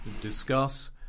discuss